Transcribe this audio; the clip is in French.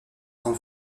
sans